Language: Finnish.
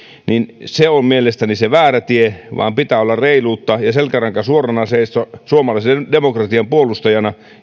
niin se on mielestäni se väärä tie pitää olla reiluutta ja selkäranka suorana seisoa suomalaisen demokratian puolustajana